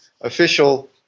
official